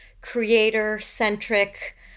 creator-centric